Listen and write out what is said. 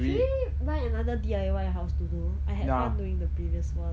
should we buy another D_I_Y house to do I had fun doing the previous one